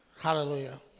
Hallelujah